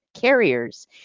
carriers